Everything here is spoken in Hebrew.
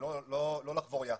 ולא לחבור יחד.